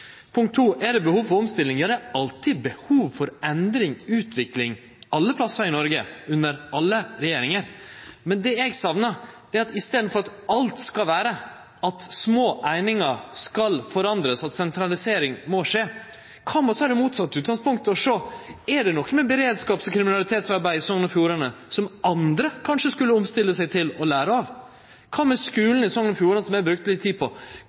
Punkt to: Er det behov for omstilling? Ja, det er alltid behov for endring og utvikling alle plassar i Noreg under alle regjeringar. Men det eg saknar, er at ein i staden for at alt skal vere slik at ein skal forandre små einingar, at sentralisering må skje, tek det motsette utgangspunktet og ser på om det er noko med beredskap og kriminalitetsarbeid i Sogn og Fjordane som andre kanskje skulle omstille seg til og lære av. Kva med skulen i Sogn og Fjordane – som eg brukte litt tid på